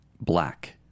Black